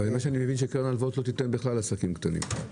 אבל אני מבין שהקרן להלוואות לא תיתן בכלל לעסקים קטנים.